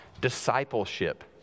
discipleship